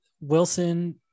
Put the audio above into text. wilson